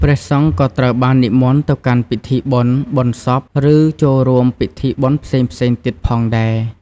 ព្រះសង្ឃក៏ត្រូវបាននិមន្តទៅកាន់ពិធីបុណ្យបុណ្យសព ឬចូលរួមពីធីបុណ្យផ្សេងៗទៀតផងដែរ។